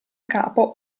capo